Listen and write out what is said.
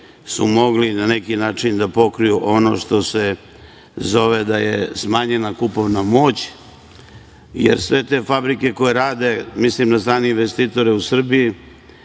su mogle, na neki način, da pokriju ono što se zove da je smanjena kupovna moć jer sve te fabrike koje rade, mislim na strane investitore u Srbiji,